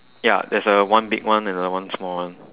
ya there's a one big one and a one small one